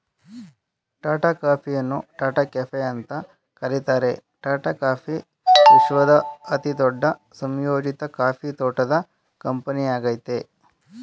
ಟಾಟಾ ಕಾಫಿಯನ್ನು ಟಾಟಾ ಕೆಫೆ ಅಂತ ಕರೀತಾರೆ ಟಾಟಾ ಕಾಫಿ ವಿಶ್ವದ ಅತಿದೊಡ್ಡ ಸಂಯೋಜಿತ ಕಾಫಿ ತೋಟದ ಕಂಪನಿಯಾಗಯ್ತೆ